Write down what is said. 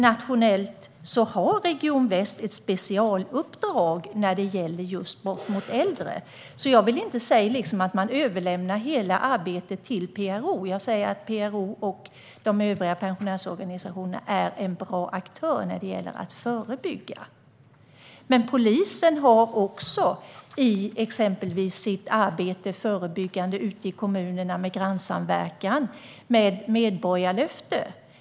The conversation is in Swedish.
Nationellt har Region Väst ett specialuppdrag när det gäller just brott mot äldre. Jag vill därför inte säga att man överlämnar hela arbetet till PRO, men jag menar att PRO och de övriga pensionärsorganisationerna är bra aktörer när det gäller det förebyggande arbetet. Polisen arbetar exempelvis förebyggande ute i kommunerna med grannsamverkan och med medborgarlöften.